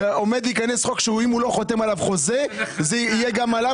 שעומד להיכנס חוק שאם הוא לא חותם חוזה זה יהיה גם עליו,